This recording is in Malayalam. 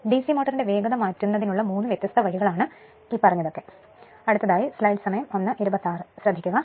DC മോട്ടോറിന്റെ വേഗത മാറ്റുന്നതിനുള്ള മൂന്ന് വ്യത്യസ്ത വഴികൾ ഇവയാണ്